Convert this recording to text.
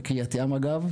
בקריית ים אגב,